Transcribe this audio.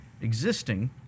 existing